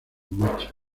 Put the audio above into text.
machos